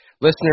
Listeners